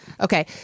Okay